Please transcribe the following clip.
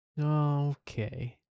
Okay